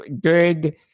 good